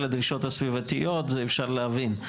הדרישות הסביבתיות אפשר להבין את זה.